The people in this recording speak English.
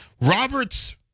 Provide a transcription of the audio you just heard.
Roberts